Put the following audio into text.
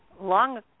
Long